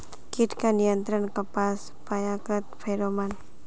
कीट का नियंत्रण कपास पयाकत फेरोमोन?